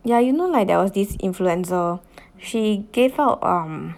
yeah you know like there was this influencer she gave out um